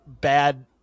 bad